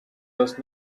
that